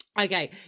Okay